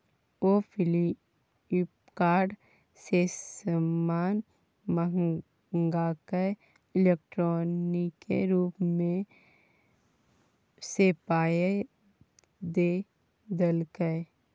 ओ Flipkart सँ समान मंगाकए इलेक्ट्रॉनिके रूप सँ पाय द देलकै